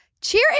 Cheer